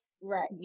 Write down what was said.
right